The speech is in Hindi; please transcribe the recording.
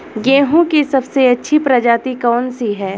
गेहूँ की सबसे अच्छी प्रजाति कौन सी है?